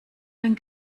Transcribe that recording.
den